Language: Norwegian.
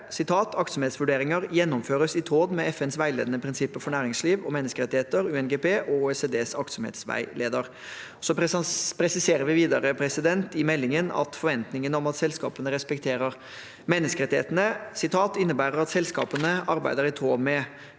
«Aktsomhetsvurderinger gjennomføres i tråd med FNs veiledende prinsipper for næringsliv og menneskerettigheter (UNGP) og OECDs aktsomhetsveileder.» Så presiserer vi videre i meldingen at forventningene om at selskapene respekterer menneskerettighetene «innebærer at selskapet arbeider i tråd med